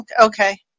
okay